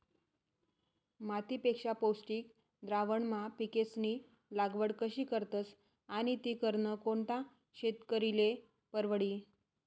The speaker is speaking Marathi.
मातीपेक्षा पौष्टिक द्रावणमा पिकेस्नी लागवड कशी करतस आणि ती करनं कोणता शेतकरीले परवडी?